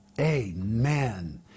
Amen